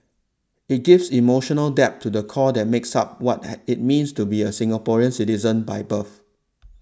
it gives emotional depth to the core that makes up what had it means to be a Singaporean citizens by birth